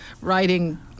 writing